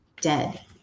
Dead